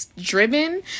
driven